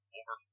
over